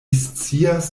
scias